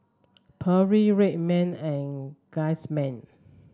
Perrier Red Man and Guardsman